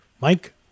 Mike